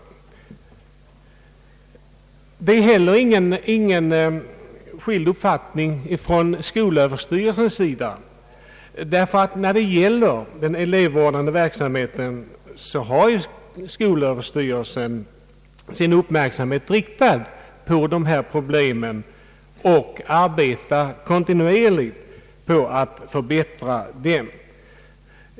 Det föreligger heller inte någon annan uppfattning från skolöverstyrelsens sida, därför att skolöverstyrelsen har sin uppmärksamhet riktad på problemen med den elevvårdande verksamheten och arbetar kontinuer ligt på att förbättra den.